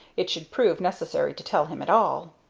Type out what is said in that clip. it should prove necessary to tell him at all.